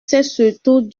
surtout